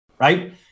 right